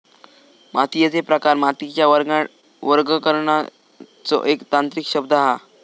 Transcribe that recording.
मातीयेचे प्रकार मातीच्या वर्गीकरणाचो एक तांत्रिक शब्द हा